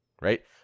right